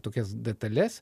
tokias detales